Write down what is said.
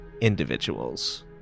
Individuals